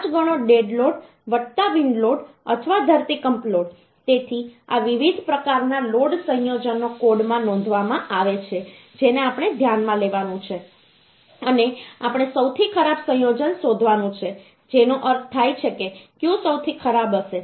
5 ગણો dead load wind load અથવા ધરતીકંપ લોડ તેથી આ વિવિધ પ્રકારના લોડ સંયોજનો કોડમાં નોંધવામાં આવે છે જેને આપણે ધ્યાનમાં લેવાનું છે અને આપણે સૌથી ખરાબ સંયોજન શોધવાનું છે જેનો અર્થ થાય છે કે કયું સૌથી ખરાબ હશે